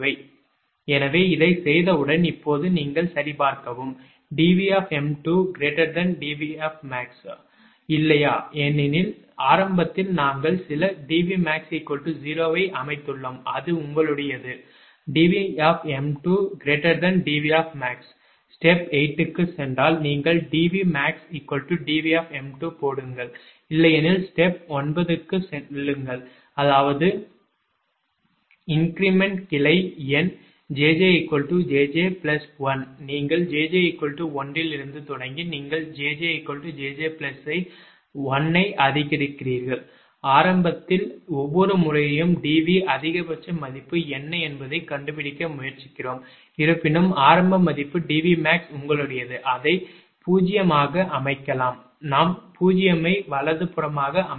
7 எனவே இதைச் செய்தவுடன் இப்போது நீங்கள் சரிபார்க்கவும்𝐷𝑉𝑚2 𝐷𝑉𝑀𝐴𝑋 இல்லையா ஏனெனில் ஆரம்பத்தில் நாங்கள் சில 𝐷𝑉𝑀𝐴𝑋 0 ஐ அமைத்துள்ளோம் அது உங்களுடையது 𝐷𝑉𝑚2 𝐷𝑉𝑀𝐴𝑋 𝑠𝑡𝑒𝑝 8 க்குச் சென்றால் நீங்கள் 𝐷𝑉𝑀𝐴𝑋 𝐷𝑉𝑚2 போடுங்கள் இல்லையெனில் 𝑠𝑡𝑒𝑝 9 க்குச் செல்லுங்கள் அதாவது இன்க்ரிமென்ட் கிளை எண் 𝑗𝑗 𝑗𝑗 1 நீங்கள் 𝑗𝑗 1 இலிருந்து தொடங்கி நீங்கள் jj 𝑗𝑗 1 ஐ அதிகரிக்கிறீர்கள் ஆரம்பத்தில் ஒவ்வொரு முறையும் Dv அதிகபட்ச மதிப்பு என்ன என்பதைக் கண்டுபிடிக்க முயற்சிக்கிறோம் இருப்பினும் ஆரம்ப மதிப்பு 𝐷𝑉𝑀𝐴𝑋 உங்களுடையது அதை 0 ஆக அமைக்கலாம் நாம் 0 ஐ வலதுபுறமாக அமைத்துள்ளோம்